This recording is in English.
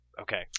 Okay